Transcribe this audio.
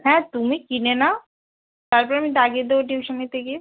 হ্যাঁ তুমি কিনে নাও তারপরে আমি দাগিয়ে দেবো টিউশনিতে গিয়ে